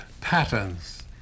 patterns